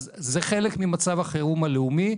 אז זה חלק ממצב החירום הלאומי.